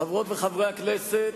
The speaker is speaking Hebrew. חברות וחברי הכנסת,